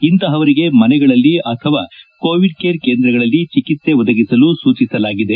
ಇಂತಹವರಿಗೆ ಮನೆಗಳಲ್ಲಿ ಅಥವಾ Covid care ಕೇಂದ್ರಗಳಲ್ಲಿ ಚಿಕಿತ್ಸೆ ಒದಗಿಸಲು ಸೂಚಿಸಲಾಗಿದೆ